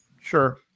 sure